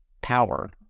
power